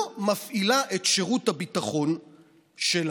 לא מפעילה את שירות הביטחון שלה.